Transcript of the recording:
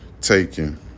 taken